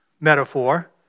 metaphor